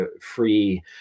free